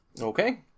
Okay